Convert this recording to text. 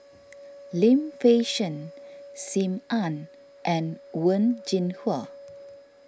Lim Fei Shen Sim Ann and Wen Jinhua